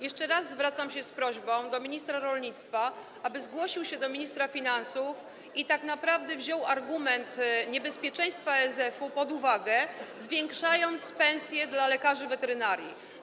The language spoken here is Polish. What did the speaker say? Jeszcze raz zwracam się z prośbą do ministra rolnictwa, aby zgłosił się do ministra finansów i tak naprawdę wziął argument niebezpieczeństwa ASF-u pod uwagę, zwiększając pensje dla lekarzy weterynarii.